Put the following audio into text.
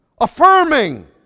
affirming